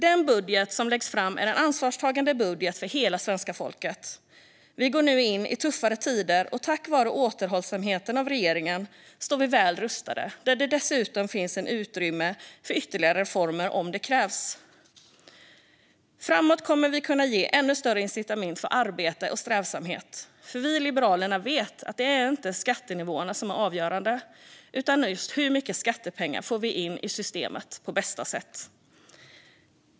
Den budget som läggs fram är en ansvarstagande budget för hela svenska folket. Vi går nu in i tuffare tider, och tack vare regeringens återhållsamhet står vi väl rustade. Det finns dessutom utrymme för ytterligare reformer om det krävs. Framåt kommer vi att kunna ge ännu större incitament för arbete och strävsamhet, för vi i Liberalerna vet att det inte är skattenivåerna som är avgörande utan hur mycket skattepengar vi får in i systemet på bästa sätt.